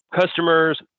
Customers